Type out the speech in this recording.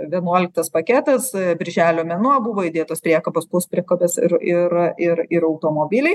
vienuoliktas paketas birželio mėnuo buvo įdėtos priekabos puspriekabės ir ir ir ir automobiliai